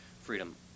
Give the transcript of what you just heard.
freedom